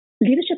leadership